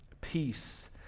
peace